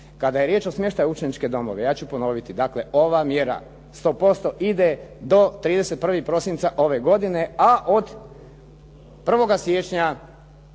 Kada je riječ o smještaju u učeničke domove, ja ću ponoviti, dakle, ova mjera 100% ide do 31. prosinca ove godine a od 1. siječnja